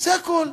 זה הכול.